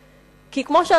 כי כמו שאנחנו רואים,